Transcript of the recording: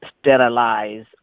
sterilize